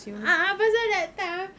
ah pasal that time